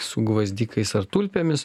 su gvazdikais ar tulpėmis